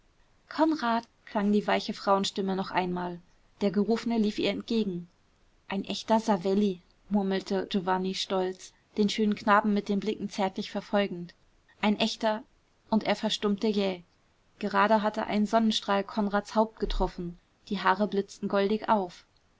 konrad klang die weiche frauenstimme noch einmal der gerufene lief ihr entgegen ein echter savelli murmelte giovanni stolz den schönen knaben mit den blicken zärtlich verfolgend ein echter und er verstummte jäh gerade hatte ein sonnenstrahl konrads haupt getroffen die haare blitzten goldig auf